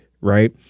Right